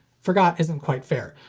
forgot isn't quite fair,